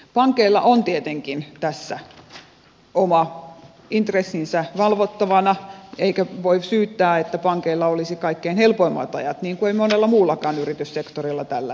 pankeilla on tietenkin tässä oma intressinsä valvottavana eikä voi syyttää että pankeilla olisi kaikkein helpoimmat ajat niin kuin ei monella muullakaan yrityssektorilla tällä hetkellä